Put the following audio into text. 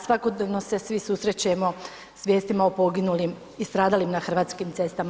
Svakodnevno se svi susrećemo s vijestima o poginulim i stradalim na hrvatskim cestama.